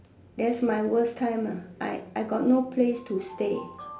that's my worst time I got no place to stay